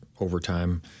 Overtime